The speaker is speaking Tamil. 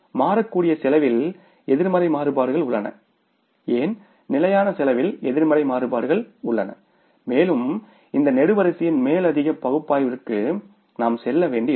மாறக்கூடிய செலவில் நெகடிவ் வேரியன்ஸ் உள்ளன ஏன் நிலையான செலவில் நெகடிவ் வேரியன்ஸ் உள்ளன மேலும் இந்த நெடுவரிசையின் மேலதிக பகுப்பாய்விற்கு நாம் செல்ல வேண்டியிருக்கும்